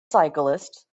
cyclists